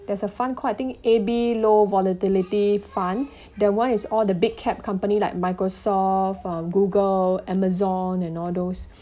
there's a fund called I think A_B low volatility fund the one is all the big cap company like microsoft um google amazon and all those